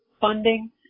funding